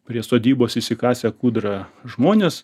prie sodybos išsikasę kūdrą žmonės